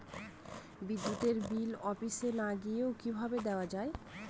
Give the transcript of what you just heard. বিদ্যুতের বিল অফিসে না গিয়েও কিভাবে দেওয়া য়ায়?